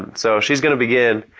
so she's going to begin